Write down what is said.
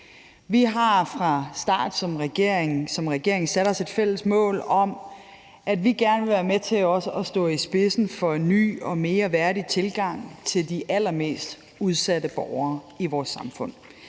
Vi har fra starten som regering sat os et fælles mål om, at vi gerne vil være med til at stå i spidsen for en ny og mere værdig tilgang til de allermest udsatte borgere i vores samfund.